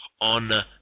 on